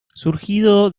surgido